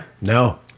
No